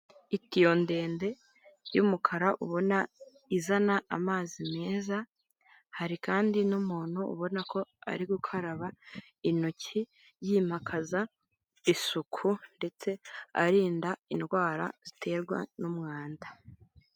Itiyo ndende y'umukara ubona izana amazi meza, hari kandi n'umuntu ubona ko ari gukaraba intoki yimakaza isuku, ndetse arinda indwara ziterwa n'umwanda.